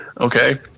okay